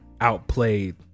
outplayed